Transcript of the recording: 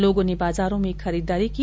लोर्गो ने बाजारों में खरीदारी की